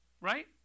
Right